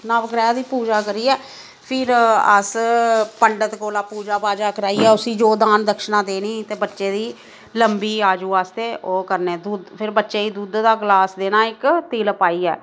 नवग्रैह दी पूजा करियै फिर अस पंडित कोला पूजा पाजा कराइयै उसी जो दान दक्शना देनी ते बच्चे दी लम्बी आयु आस्तै ओह् करने ते फिर बच्चे ई दुद्ध दा गलास देना इक तिल पाइयै